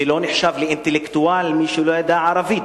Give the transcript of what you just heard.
ולא נחשב אינטלקטואל מי שלא ידע ערבית.